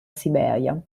siberia